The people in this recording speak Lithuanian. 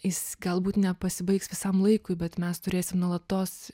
jis galbūt nepasibaigs visam laikui bet mes turėsim nuolatos